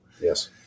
Yes